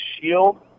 Shield